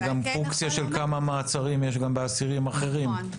זאת גם פונקציה של כמה מעצרים יש גם בבתי כלא אחרים.